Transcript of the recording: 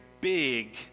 big